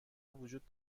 وجود